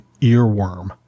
earworm